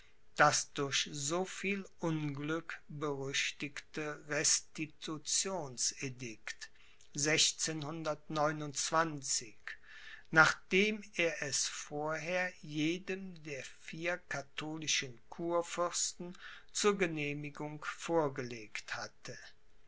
das durch so viel unglück berüchtigte restitution edikt nachdem er es vorher jedem der vier katholischen kurfürsten zur genehmigung vorgelegt hatte